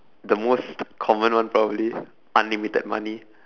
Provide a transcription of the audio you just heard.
the most common one probably unlimited money